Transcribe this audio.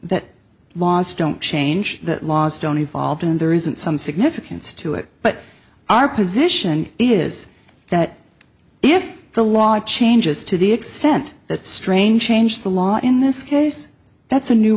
that laws don't change that laws don't evolve and there isn't some significance to it but our position is that if the law it changes to the extent that strange change the law in this case that's a new